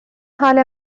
حال